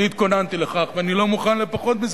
אני התכוננתי לכך ואני לא מוכן לפחות מזה,